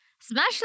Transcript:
smash